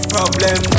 Problem